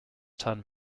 turn